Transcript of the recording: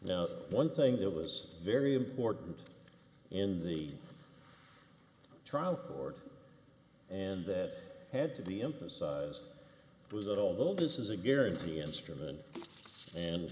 now one thing that was very important in the trial court and that had to be emphasized was that all the old is is a guarantee instrument and